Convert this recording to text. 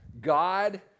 God